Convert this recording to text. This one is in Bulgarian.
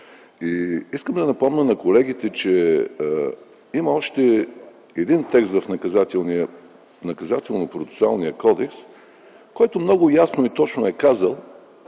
искам да напомня на колегите, че има още един текст в Наказателно-процесуалния кодекс, който много ясно и точно е казал,